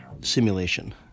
simulation